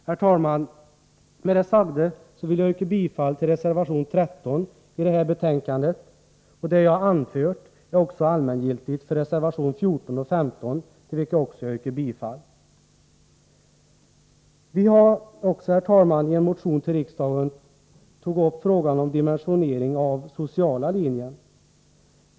Herr talman! Med det sagda vill jag yrka bifall till reservation 13 i detta betänkande. Det jag anfört är allmängiltigt även för reservationerna 14 och 15, till vilka jag också yrkar bifall. Vi har också, herr talman, i en motion till riksdagen tagit upp frågan om dimensionering av sociala linjen.